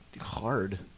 hard